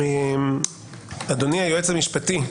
אדוני היועץ המשפטי,